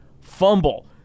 Fumble